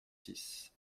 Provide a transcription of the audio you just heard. six